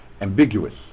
ambiguous